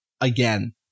again